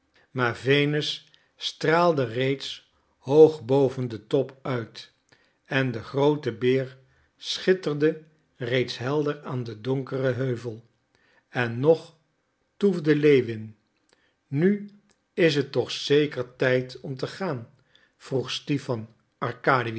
maar venus straalde reeds hoog boven den top uit en de groote beer schitterde reeds helder aan den donkeren heuvel en nog toefde lewin nu is het toch zeker tijd om te gaan vroeg stipan